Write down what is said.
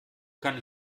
kann